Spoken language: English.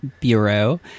Bureau